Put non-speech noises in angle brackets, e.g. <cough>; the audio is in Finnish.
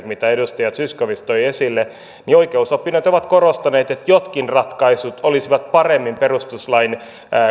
<unintelligible> mitä edustaja zyskowicz toi esille oikeusoppineet ovat korostaneet että jotkin ratkaisut olisivat paremmin perustuslain